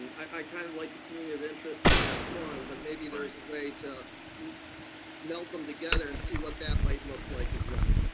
i kind of like the community of interest in map one, but maybe there's a way to meld them together and see what that might look like as well.